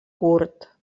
curt